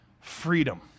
freedom